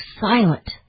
silent